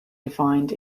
defined